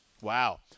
Wow